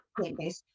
database